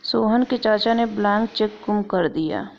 सोहन के चाचा ने ब्लैंक चेक गुम कर दिया